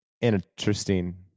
interesting